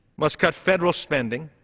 must cut federal spending,